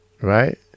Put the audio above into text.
right